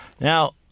Now